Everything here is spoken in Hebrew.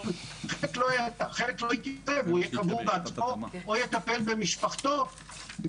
--- חלק לא --- או יטפל במשפחתו.